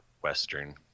western